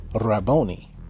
Rabboni